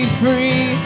free